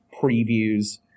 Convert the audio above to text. previews